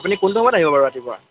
আপুনি কোনটো সময়ত আহিব বাৰু ৰাতিপুৱা